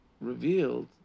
revealed